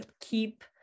keep